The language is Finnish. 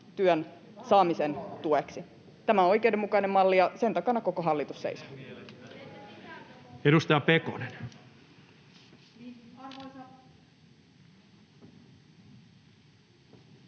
työn saamisen tueksi. Tämä on oikeudenmukainen malli, ja sen takana koko hallitus seisoo.